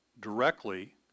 directly